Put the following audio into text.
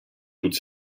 toute